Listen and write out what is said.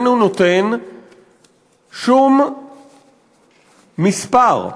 איננו נותן שום מספר,